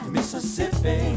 Mississippi